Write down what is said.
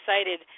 excited